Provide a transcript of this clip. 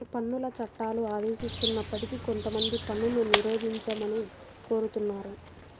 పన్నుల చట్టాలు ఆదేశిస్తున్నప్పటికీ కొంతమంది పన్నును నిరోధించమనే కోరుతున్నారు